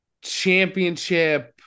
championship